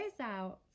out